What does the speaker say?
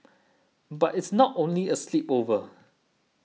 but it's not only a sleepover